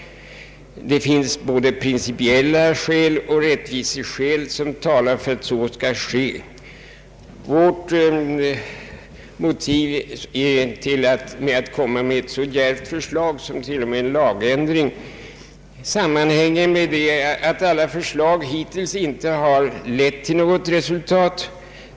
Det finns både principiella skäl och rättvisesynpunkter som talar för att så skall ske. Vårt motiv till ett så djärvt förslag som en lagändring innebär är att hittills inte något förslag har lett till resultat.